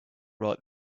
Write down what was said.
write